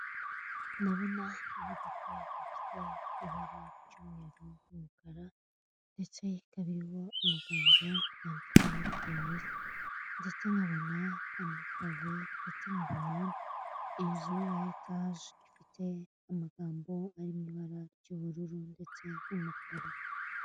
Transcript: Ndabona imodoka ifite ibara ry'umweru n'umukara, ndetse ikaba iriho amagambo yanditseho polisi, ndetse nkabona amapave, ndetse nkabona inzu ya etaje ifite amagambo ari mw'ibara ry'ubururu ndetse n'umukara.